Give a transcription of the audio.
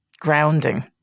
grounding